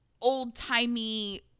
old-timey